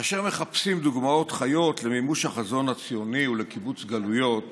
כאשר מחפשים דוגמאות חיות למימוש החזון הציוני ולקיבוץ גלויות